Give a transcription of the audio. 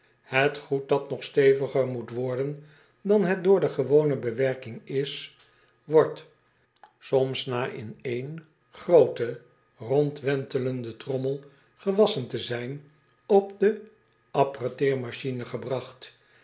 et goed dat nog steviger moet worden dan het door de gewone bewerking is wordt soms na in een grooten rondwentelenden trommel gewasschen te zijn op de